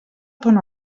ton